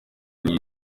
byo